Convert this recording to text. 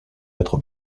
être